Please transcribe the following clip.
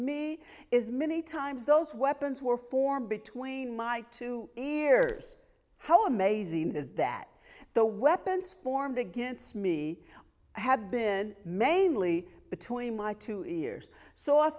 me is many times those weapons were formed between my two ears how amazing it is that the weapons formed against me had been mainly between my two ears so i